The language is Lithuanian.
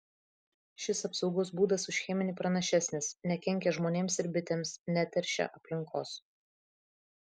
šis apsaugos būdas už cheminį pranašesnis nekenkia žmonėms ir bitėms neteršia aplinkos